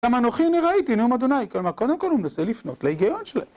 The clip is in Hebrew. "גם אנוכי הנה ראיתי, נאום אדוני", כלומר, קודם כל הוא מנסה לפנות להיגיון שלהם.